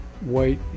white